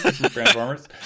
Transformers